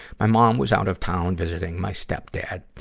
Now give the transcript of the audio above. my mom was out of town visiting my stepdad.